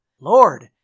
Lord